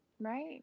Right